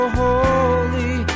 holy